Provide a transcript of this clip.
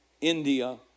India